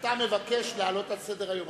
מבקש להעלות על סדר-היום.